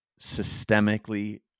systemically